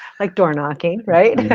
like door knocking.